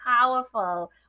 powerful